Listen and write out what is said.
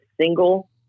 single